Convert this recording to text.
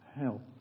help